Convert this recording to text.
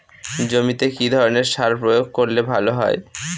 জমিতে কি ধরনের সার প্রয়োগ করলে ভালো হয়?